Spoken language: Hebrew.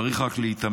צריך רק להתאמץ.